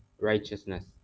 righteousness